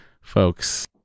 folks